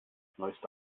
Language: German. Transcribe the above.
neueste